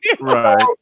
Right